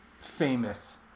famous